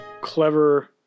clever